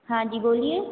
हाँ जी बोलिये